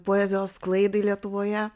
poezijos sklaidai lietuvoje